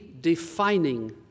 defining